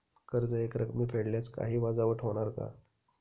कर्ज एकरकमी फेडल्यास काही वजावट होणार का?